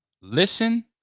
listen